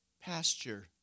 Pasture